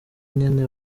nyene